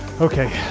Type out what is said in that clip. Okay